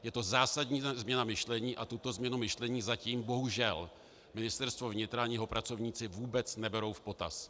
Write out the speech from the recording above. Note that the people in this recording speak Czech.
Je to zásadní změna myšlení a tuto změnu myšlení zatím bohužel Ministerstvo vnitra ani jeho pracovníci vůbec neberou v potaz.